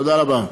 תודה רבה.